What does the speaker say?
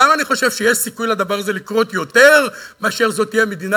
למה אני חושב שיש סיכוי לדבר הזה לקרות יותר מאשר שזו תהיה מדינה